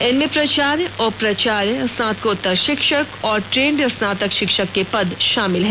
इनमें प्राचार्य उपप्राचार्य स्नाकोतर शिक्षक और ट्रेंड स्नातक शिक्षक के पद शामिल हैं